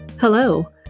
Hello